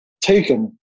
taken